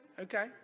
Okay